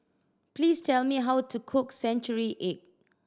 please tell me how to cook century egg